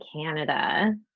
Canada